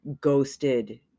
ghosted